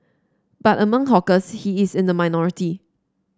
but among hawkers he is in the minority